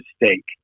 mistake